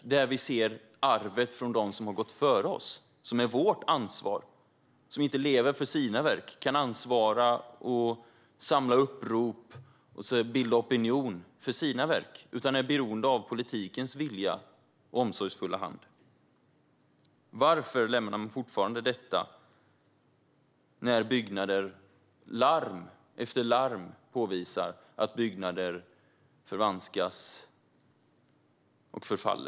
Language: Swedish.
Vi ser fortfarande att arvet från dem som har gått före oss, som är vårt ansvar, som inte lever och kan ansvara och samla upprop och bilda opinion för sina verk utan är beroende av politikens vilja och omsorgsfulla hand, lämnas därhän. Larm efter larm påvisar att byggnader förvanskas och förfaller.